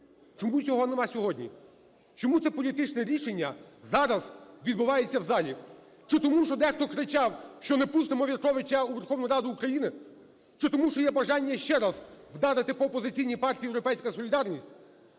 Чому цього нема сьогодні? Чому це політичне рішення зараз відбувається в залі? Чи тому, що дехто кричав, що не пустимо В'ятровича у Верховну Раду України? Чи тому, що є бажання ще раз вдарити по опозиційній партії "Європейська солідарність"?